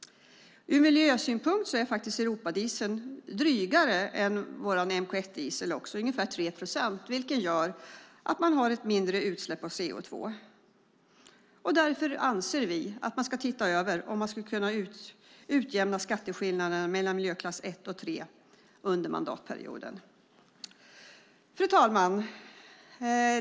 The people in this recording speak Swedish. Ur miljösynpunkt är faktiskt Europadiesel drygare än vår MK1-diesel - ungefär 3 procent, vilket gör att man har ett mindre utsläpp av CO2. Därför anser vi att man ska titta över om man skulle kunna utjämna skatteskillnaden mellan miljöklass 1 och 3 under mandatperioden. Fru talman!